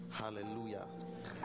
hallelujah